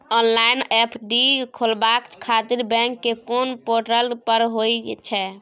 Online FD खोलाबय खातिर bank के कोन पोर्टल पर होए छै?